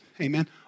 amen